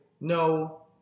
no